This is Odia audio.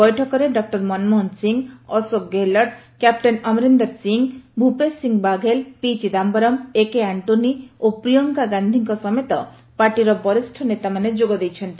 ବୈଠକରେ doctor Manmohan Singh Ashok Gehlot captain Amarinder Singh Bhupesh Singh Baghel P Chidambaram A K Antony ଓ ପ୍ରିୟଙ୍କା ଗାନ୍ଧୀଙ୍କ ସମେତ ପାର୍ଟିର ବରିଷ୍ଣ ନେତାମାନେ ଯୋଗ ଦେଇଛନ୍ତି